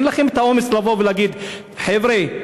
אין לכם את האומץ לבוא ולהגיד: חבר'ה,